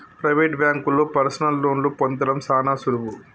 private బాంకుల్లో personal లోన్లు పొందడం సాన సులువు